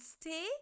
stay